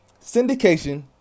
syndication